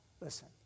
listen